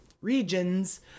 regions